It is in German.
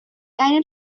einen